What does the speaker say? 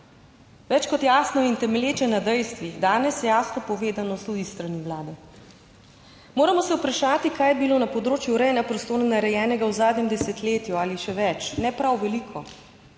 Več kot jasno in temelječe na dejstvih danes je jasno povedano tudi s strani Vlade. Moramo se vprašati, kaj je bilo na področju urejanja prostora narejenega v zadnjem desetletju ali še več - ne prav veliko.